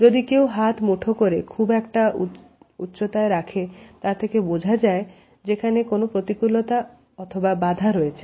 যদি কেউ হাত মুঠো করে খুব একটা উচ্চতায় রাখে তা থেকে বোঝা যায় যেখানে কোন প্রতিকূলতা অথবা বাধা রয়েছে